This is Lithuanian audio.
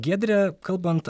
giedre kalbant